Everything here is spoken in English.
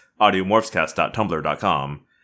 audiomorphscast.tumblr.com